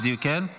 אז